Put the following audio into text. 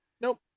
Nope